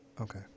Okay